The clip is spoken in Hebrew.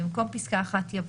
במקום פסקה (1) יבוא: